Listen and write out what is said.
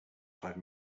five